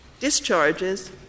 discharges